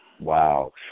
Wow